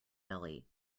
belly